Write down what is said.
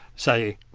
say,